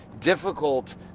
difficult